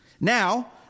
Now